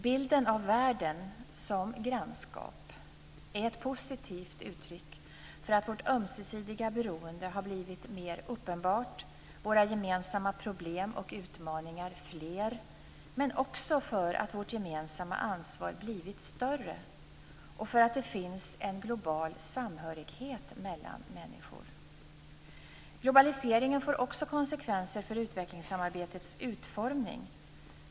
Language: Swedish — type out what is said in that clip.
Bilden av världen som grannskap är ett positivt uttryck för att vårt ömsesidiga beroende har blivit mer uppenbart och våra gemensamma problem och utmaningar fler, men också för att vårt gemensamma ansvar har blivit större och för att det finns en global samhörighet mellan människor. Globaliseringen får också konsekvenser för utvecklingssamarbetets utformning.